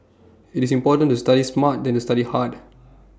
IT is important to study smart than to study hard